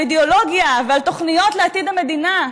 אידיאולוגיה ועל תוכניות לעתיד המדינה.